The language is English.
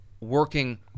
working